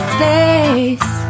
face